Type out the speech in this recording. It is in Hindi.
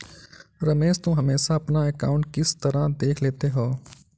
रमेश तुम हमेशा अपना अकांउट किस तरह देख लेते हो?